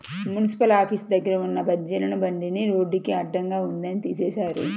municipal office దగ్గర ఉన్న బజ్జీల బండిని రోడ్డుకి అడ్డంగా ఉందని తీసేశారు